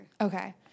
Okay